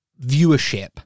viewership